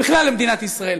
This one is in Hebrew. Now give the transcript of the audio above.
ובכלל למדינת ישראל,